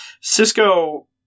Cisco